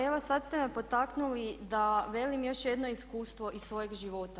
Evo sad ste me potaknuli da velim još jedno iskustvo iz svojeg života.